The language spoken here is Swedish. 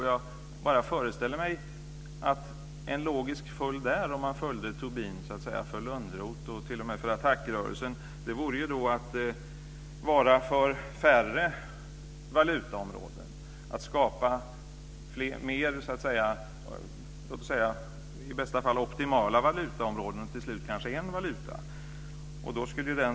Jag föreställer mig att en logisk följd om man följer Tobin, för Lönnroth och t.o.m. för ATTAC-rörelsen, är att vara för färre valutaområden och för att skapa fler, i bästa fall, optimala valutaområden och till slut kanske bara en valuta.